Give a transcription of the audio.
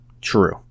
True